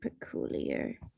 peculiar